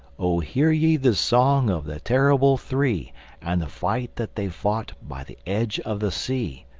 oh hear ye the song of the terrible three and the fight that they fought by the edge of the sea.